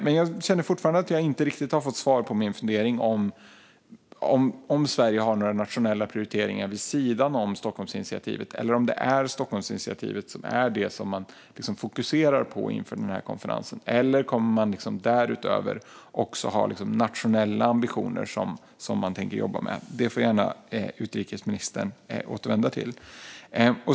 Men jag känner fortfarande att jag inte riktigt har fått svar på min fundering om Sverige har några nationella prioriteringar vid sidan av Stockholmsinitiativet, eller om det är Stockholmsinitiativet som är det som man fokuserar på inför denna konferens. Eller kommer man därutöver att också ha nationella ambitioner som man tänker jobba med? Det får utrikesministern gärna återvända till.